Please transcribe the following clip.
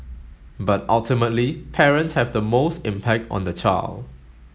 but ultimately parents have the most impact on the child